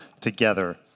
together